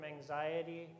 anxiety